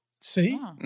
see